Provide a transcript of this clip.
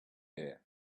air